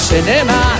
cinema